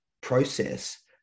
process